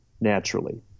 naturally